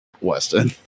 Weston